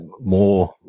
more